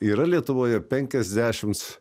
yra lietuvoje penkiasdešims